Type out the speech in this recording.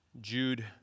Jude